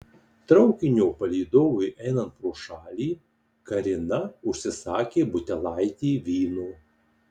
traukinio palydovui einant pro šalį karina užsisakė butelaitį vyno